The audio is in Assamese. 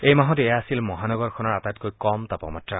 এই মাহত এয়া আছিল মহানগৰখনৰ আটাইতকৈ কম তাপমাত্ৰা